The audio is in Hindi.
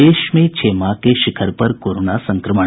देश में छह माह के शिखर पर कोरोना संक्रमण